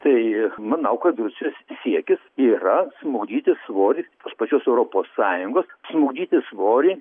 tai manau kad rusijos siekis yra smukdyti svorį tos pačios europos sąjungos smukdyti svorį